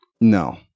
No